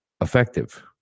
effective